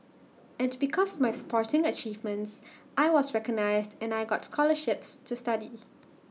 and because of my sporting achievements I was recognised and I got scholarships to study